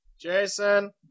Jason